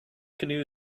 canoe